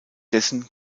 dessen